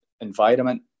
environment